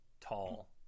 Tall